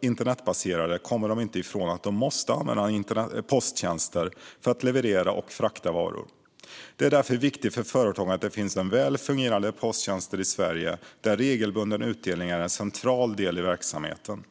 internetbaserade kommer de inte ifrån att de måste använda posttjänster för att leverera och frakta varor. Det är därför viktigt för företagen att det finns väl fungerande posttjänster i Sverige där regelbunden utdelning är en central del i verksamheten.